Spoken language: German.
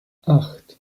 acht